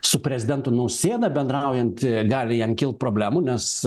su prezidentu nausėda bendraujant gali jam kilt problemų nes